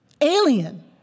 alien